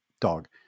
dog